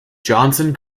johnson